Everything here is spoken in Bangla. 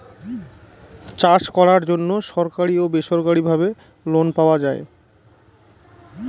চাষ করার জন্য সরকারি ও বেসরকারি ভাবে লোন পাওয়া যায়